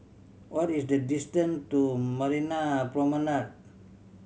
what is the distance to Marina Promenade